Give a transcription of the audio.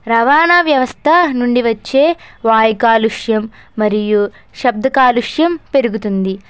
రవాణా వ్యవస్థ నుండి వచ్చే వాయు కాలుష్యం మరియు శబ్ద కాలుష్యం పెరుగుతుంది